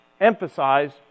emphasize